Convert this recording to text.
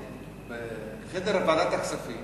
ובחדר ועדת הכספים